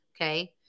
okay